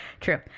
true